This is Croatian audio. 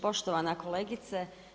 Poštovana kolegice.